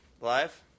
live